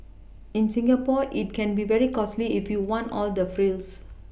in Singapore it can be very costly if you want all the frills